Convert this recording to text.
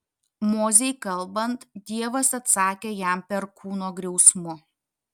mozei kalbant dievas atsakė jam perkūno griausmu